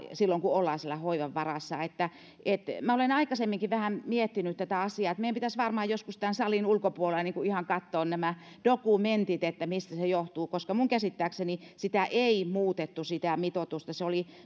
silloin kun ollaan hoivan varassa minä olen aikaisemminkin vähän miettinyt tätä asiaa että meidän pitäisi varmaan joskus tämän salin ulkopuolella ihan katsoa nämä dokumentit että mistä tämä ero johtuu minun käsittääkseni sitä mitoitusta ei muutettu myös vuonna kaksituhattakolmetoista se oli